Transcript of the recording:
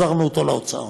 החזרנו אותו לאוצר.